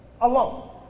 Alone